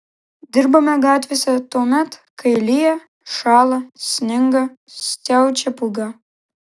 dirbame gatvėse tuomet kai lyja šąla sninga siaučia pūga